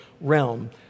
realm